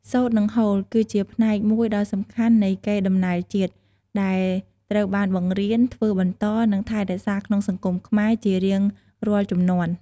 សូត្រ និងហូលគឺជាផ្នែកមួយដ៏សំខាន់នៃកេរដំណែលជាតិ ដែលត្រូវបានបង្រៀន ធ្វើបន្ត និងថែរក្សាក្នុងសង្គមខ្មែរជារៀងរាល់ជំនាន់។